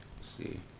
see